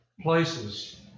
places